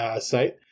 site